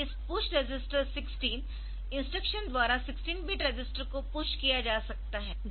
इस push register 16 instruction द्वारा 16 bit register को पुश किया जा सकता है